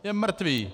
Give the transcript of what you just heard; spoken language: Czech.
Je mrtvý!